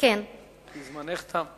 זמנך תם.